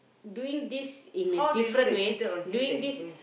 doing this in a different way doing this